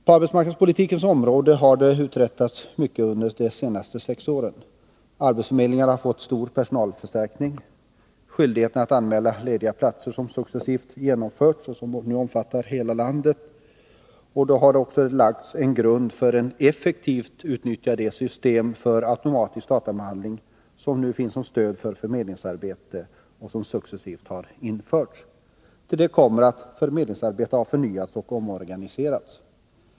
På arbetsmarknadspolitikens område har mycket uträttats under de senaste sex åren. Arbetsförmedlingarna har fått stor personalförstärkning. Skyldigheten att anmäla lediga platser har successivt trätt i tillämpning, och den omfattar nu hela landet. Därmed har grunden lagts för ett effektivt utnyttjande av de system för automatisk databehandling som nu finns till hjälp för förmedlingsarbetet och som successivt införts. Till detta kommer att förmedlingsarbetet har förnyats och omorganiserats.